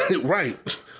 right